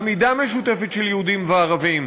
עמידה משותפת של יהודים וערבים.